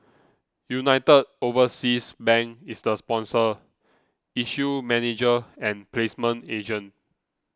United Overseas Bank is the sponsor issue manager and placement agent